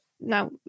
now